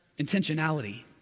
intentionality